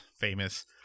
famous